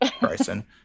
Bryson